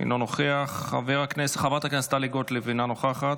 אינו נוכח, חברת הכנסת טלי גוטליב, אינה נוכחת,